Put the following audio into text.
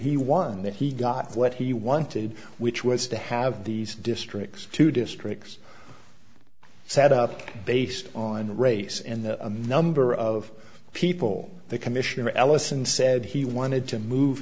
he won that he got what he wanted which was to have these districts two districts set up based on race and the number of people the commissioner ellison said he wanted to move